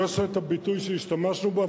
אני לא זוכר את הביטוי שהשתמשנו בו,